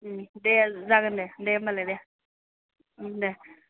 दे जागोन दे होब्लालाय दे दे